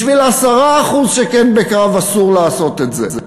בשביל 10% שכן בקרב אסור לעשות את זה.